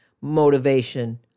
motivation